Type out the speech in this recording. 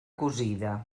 cosida